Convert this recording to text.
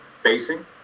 facing